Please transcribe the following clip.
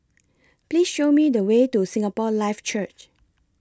Please Show Me The Way to Singapore Life Church